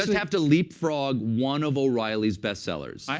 have to leapfrog one of o'reilly's best sellers.